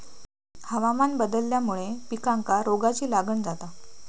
हवामान बदलल्यामुळे पिकांका रोगाची लागण जाता